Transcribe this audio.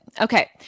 Okay